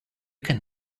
can